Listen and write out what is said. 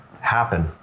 happen